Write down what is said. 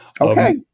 Okay